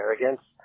arrogance